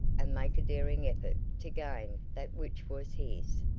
and make a daring effort to gain that which was his,